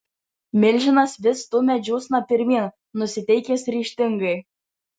milžinas vis stumia džiūsną pirmyn nusiteikęs ryžtingai